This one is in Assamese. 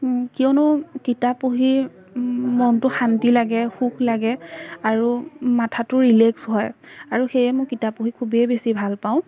কিয়নো কিতাপ পঢ়ি মনটো শান্তি লাগে সুখ লাগে আৰু মাথাটো ৰিলেক্স হয় আৰু সেয়ে মই কিতাপ পঢ়ি খুবেই বেছি ভালপাওঁ